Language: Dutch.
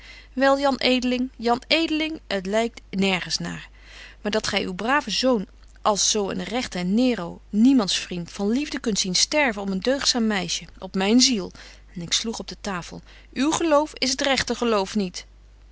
wel jan edeling jan edeling t lykt nergens na maar dat gy uw braven zoon als zo een regte nero niemands vriend van liefde kunt zien sterven om een deugdzaam meisje op myn ziel en ik sloeg op de tafel uw geloof is t regte geloof niet